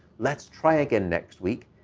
let's try again next week.